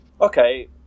okay